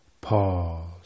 pause